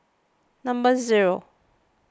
number zero